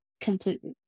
completely